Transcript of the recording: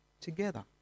together